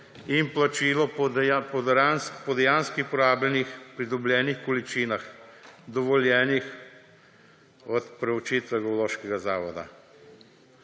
in plačilo po dejansko porabljenih, pridobljenih količinah, dovoljenih od proučitve Geološkega zavoda.